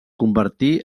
convertí